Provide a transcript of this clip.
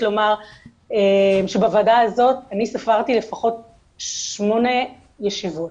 לומר שבוועדה הזאת אני ספרתי לפחות 8 ישיבות